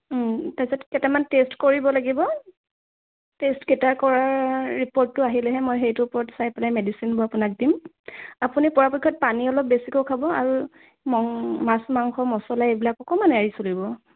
তাৰপিছত কেইটামান টেষ্ট কৰিব লাগিব টেষ্টকেইটা কৰাৰ ৰিপ'ৰ্টটো আহিলেহে মই সেইটোৰ ওপৰত চাই পেলাই মেডিচিনবোৰ আপোনাক দিম আপুনি পৰাপক্ষত পানী অলপ বেছিকৈ খাব আৰু মঙ মাছ মাংস মছলা এইবিলাক অকণমান এৰি চলিব